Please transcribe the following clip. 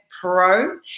pro